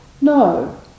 no